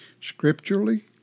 Scripturally